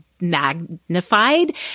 magnified